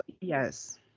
yes